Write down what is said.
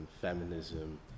feminism